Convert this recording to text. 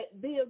Bill